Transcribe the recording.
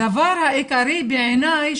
הדבר העיקרי בעיניי,